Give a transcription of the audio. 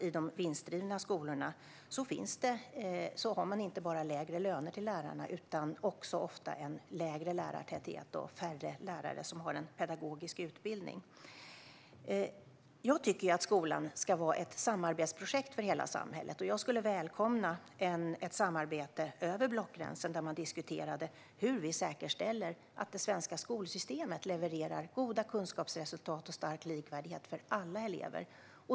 I de vinstdrivna skolorna har man inte bara lägre löner för lärarna utan man har ofta också en lägre lärartäthet och färre lärare som har en pedagogisk utbildning. Jag tycker att skolan ska vara ett samarbetsprojekt för hela samhället. Jag skulle välkomna ett samarbete över blockgränsen där man diskuterade hur vi ska säkerställa att det svenska skolsystemet levererar goda kunskapsresultat och stor likvärdighet för alla elever.